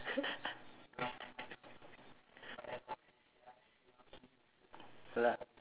ya lah